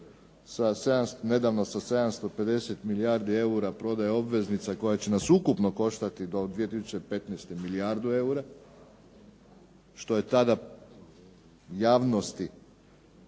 nedavno sa 750 milijardi eura prodaje obveznica koja će nas ukupno koštati do 2015. milijardu eura, što je tada javnosti